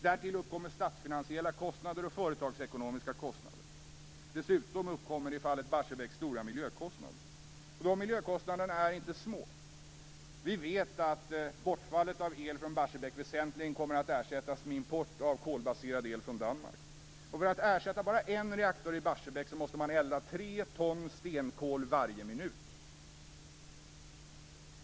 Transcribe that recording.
Därtill uppkommer statsfinansiella kostnader och företagsekonomiska kostnader. Dessutom uppkommer, i fallet Barsebäck, stora miljökostnader. De miljökostnaderna är inte små. Vi vet att bortfallet av el från Barsebäck väsentligen kommer att ersättas med import av kolbaserad el från Danmark. För att man skall kunna ersätta en reaktor i Barsebäck måste man elda tre ton stenkol varje minut.